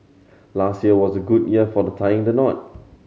last year was a good year for the tying the knot